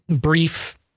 brief